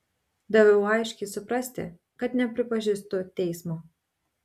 daviau aiškiai suprasti kad nepripažįstu teismo